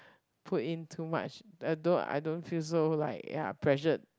put in too much uh I do~ I don't feel so like ya pressured